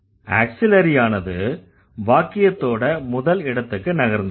ஆக்ஸிலரியானது வாக்கியத்தோட முதல் இடத்திற்கு நகர்ந்திருக்கு